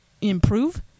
improve